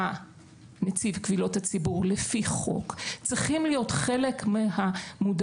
נציב קבילות הציבור לפי חוק צריכים להיות חלק מהמודעות,